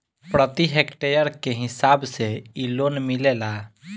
प्रति हेक्टेयर के हिसाब से इ लोन मिलेला